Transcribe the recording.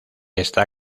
está